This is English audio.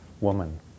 woman